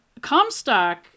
Comstock